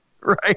Right